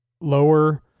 lower